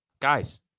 Guys